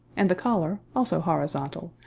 and the collar, also horizontal,